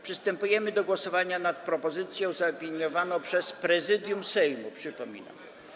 Przystępujemy do głosowania nad propozycją zaopiniowaną przez Prezydium Sejmu, przypominam.